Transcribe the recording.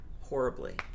horribly